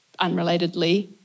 unrelatedly